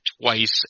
twice